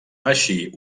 així